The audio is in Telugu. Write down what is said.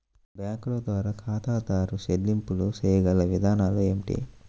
బ్యాంకుల ద్వారా ఖాతాదారు చెల్లింపులు చేయగల విధానాలు ఏమిటి?